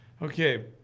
Okay